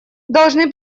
должны